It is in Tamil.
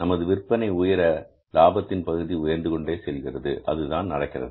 நமது விற்பனை உயர லாபத்தில் பகுதி உயர்ந்து கொண்டே செல்கிறது அதுதான் நடக்கிறது